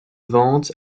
vente